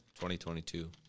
2022